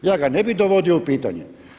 Ja ga ne bi dovodio u pitanje.